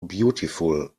beautiful